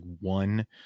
one